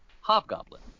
Hobgoblin